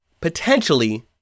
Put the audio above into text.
potentially